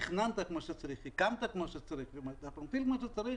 תכננת כמו שצריך והתקנת כמו שצריך ואנחנו עובדים כמו שצריך